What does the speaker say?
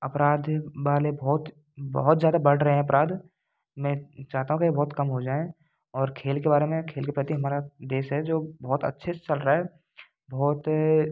अपराध वाले बहुत बहुत ज़्यादा बढ़ रहे हैं अपराध में चाहता हूँ कि यह बहुत कम हो जाए और खेल के बारे में खेल के प्रति हमारा देश है जो बहुत अच्छे से चल रहा है बहुत